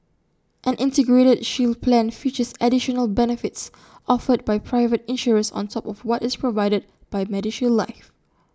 an integrated shield plan features additional benefits offered by private insurers on top of what is provided by medishield life